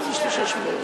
מה קורה כאן?